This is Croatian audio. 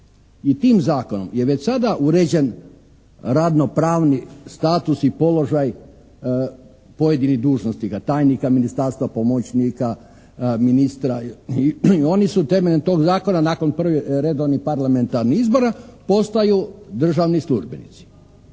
I tim zakonom je već sada uređen radno-pravni status i položaj pojedinih dužnosnika, tajnika ministarstva, pomoćnika ministra i oni su temeljem tog zakona nakon prvih redovnih parlamentarnih izbora postaju državni službenici.